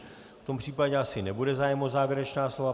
V tom případě asi nebude zájem o závěrečná slova.